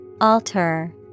Alter